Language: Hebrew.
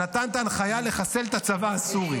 שנתן את ההנחיה לחסל את הצבא הסורי,